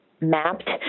mapped